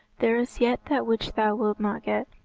there is yet that which thou wilt not get.